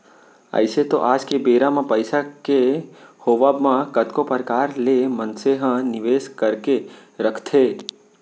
अइसे तो आज के बेरा म पइसा के होवब म कतको परकार ले मनसे ह निवेस करके रखथे